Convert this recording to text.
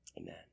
Amen